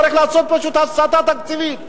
צריך לעשות פשוט הסטה תקציבית,